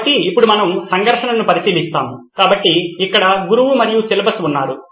కాబట్టి ఇప్పుడు మనము సంఘర్షణను పరిశీలిస్తాము కాబట్టి ఇక్కడ గురువు మరియు సిలబస్ ఉన్నారు